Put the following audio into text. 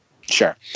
Sure